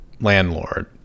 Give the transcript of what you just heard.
Landlord